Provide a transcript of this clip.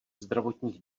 zdravotních